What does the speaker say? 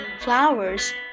flowers